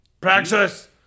Praxis